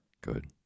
Good